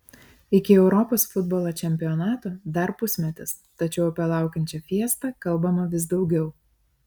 iki europos futbolo čempionato dar pusmetis tačiau apie laukiančią fiestą kalbama vis daugiau